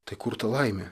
tai kur ta laimė